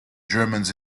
germans